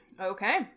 Okay